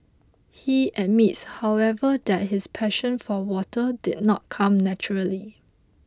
he admits however that his passion for water did not come naturally